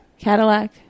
Cadillac